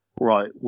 right